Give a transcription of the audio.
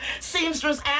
seamstress